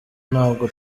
ntabwo